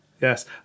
Yes